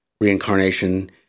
reincarnation